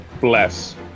bless